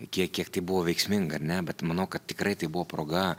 kiek kiek tai buvo veiksminga ar ne bet manau kad tikrai tai buvo proga